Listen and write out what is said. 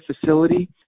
facility